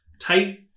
tight